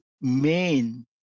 main